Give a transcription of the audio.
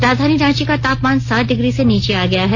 राजधानी रांची का तापमान सात डिग्री से नीचे आ गया है